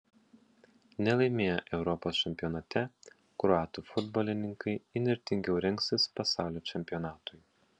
nelaimėję europos čempionate kroatų futbolininkai įnirtingiau rengsis pasaulio čempionatui